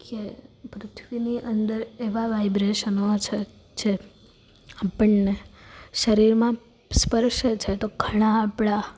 કે પૃથ્વીની અંદર એવાં વાઇબ્રેશનો છે જે આપણને શરીરમાં સ્પર્શે છે તો ઘણાં આપણાં